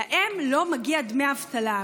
לא מגיעים להם דמי אבטלה.